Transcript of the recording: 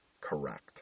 correct